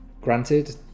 Granted